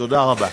תודה רבה.